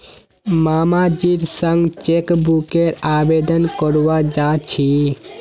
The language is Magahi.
मामाजीर संग चेकबुकेर आवेदन करवा जा छि